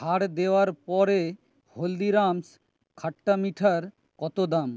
ছাড় দেওয়ার পরে হলদিরামস্ খাট্টা মিঠার কত দাম